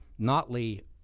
Notley